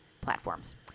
platforms